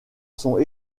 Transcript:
sont